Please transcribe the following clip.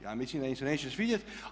Ja mislim da im se neće svidjeti.